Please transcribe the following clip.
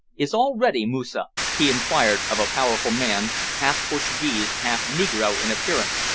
is all ready, moosa? he inquired of a powerful man, half-portuguese, half-negro in appearance,